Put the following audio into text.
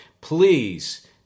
please